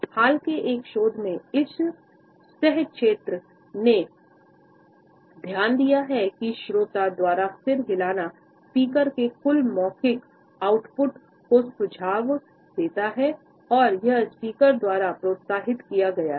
हाल के एक शोध में इस सह क्षेत्र ने ध्यान दिया है कि श्रोता द्वारा सिर हिलाना स्पीकर के कुल मौखिक आउटपुट को सुझाव देता है और यह स्पीकर द्वारा प्रोत्साहित किया गया है